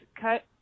cut